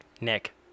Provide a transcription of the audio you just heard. Nick